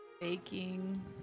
Baking